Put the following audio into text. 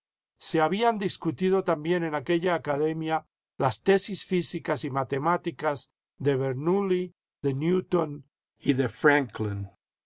se habían discutido también en aquella academia las tesis físicas y matemáticas de bernouilli de newton y de